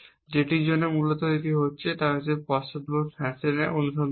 যেটির জন্য মূলত এটি করা হচ্ছে পশ্চাৎপদ ফ্যাশনে অনুসন্ধান করা